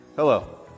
Hello